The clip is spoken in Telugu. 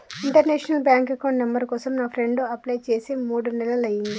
ఇంటర్నేషనల్ బ్యాంక్ అకౌంట్ నంబర్ కోసం నా ఫ్రెండు అప్లై చేసి మూడు నెలలయ్యింది